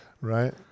right